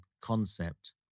concept